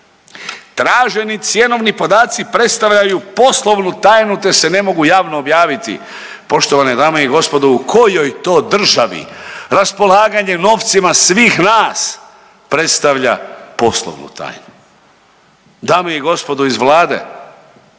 Traženi cjenovni podaci predstavljaju poslovnu tajnu te se ne mogu javno objaviti. Poštovane dame i gospodo u kojoj to državi raspolaganje novcima svih nas predstavlja poslovnu tajnu? Dame i gospodo iz Vlade,